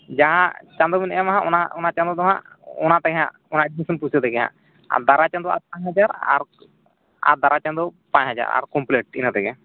ᱡᱟᱦᱟᱸ ᱪᱟᱸᱫᱳᱵᱤᱱ ᱮᱢᱟᱦᱟᱜ ᱚᱱᱟ ᱚᱱᱟ ᱪᱟᱸᱫᱳᱫᱚ ᱦᱟᱜ ᱚᱱᱟᱛᱮ ᱦᱟᱜ ᱚᱱᱟ ᱮᱰᱢᱤᱥᱚᱱ ᱯᱩᱭᱥᱟᱹᱛᱮᱜᱮ ᱟᱨ ᱫᱟᱨᱟᱭ ᱪᱟᱸᱫᱳᱣᱟᱜ ᱯᱟᱪ ᱦᱟᱡᱟᱨ ᱟᱨ ᱟᱨ ᱫᱟᱨᱟᱭ ᱪᱟᱸᱫᱳ ᱯᱟᱪ ᱦᱟᱡᱟᱨ ᱟᱨ ᱠᱚᱢᱯᱞᱤᱴ ᱤᱱᱟᱹ ᱛᱮᱜᱮ